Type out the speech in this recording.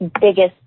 biggest